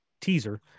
teaser